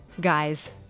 guys